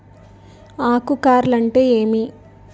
ఆకు కార్ల్ అంటే ఏమి?